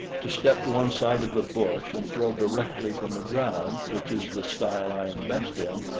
to step to one side of the bush and throw directly from the ground, which is the style i am best in,